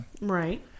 Right